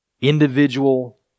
Individual